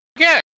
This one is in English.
Okay